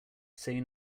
say